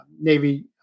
Navy